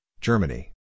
Germany